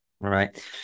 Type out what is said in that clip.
right